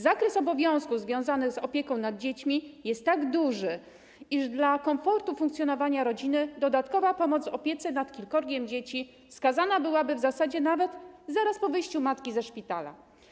Zakres obowiązków związanych z opieką nad dziećmi jest tak duży, iż dla komfortu funkcjonowania rodziny dodatkowa pomoc w opiece nad kilkorgiem dzieci wskazana byłaby w zasadzie nawet zaraz po wyjściu matki ze szpitala.